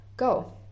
Go